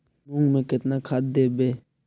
मुंग में केतना खाद देवे?